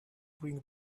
bring